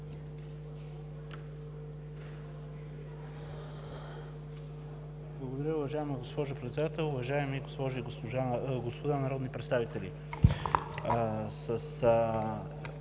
Благодаря. Уважаема госпожо Председател, уважаеми госпожи и господа народни представители!